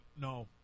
no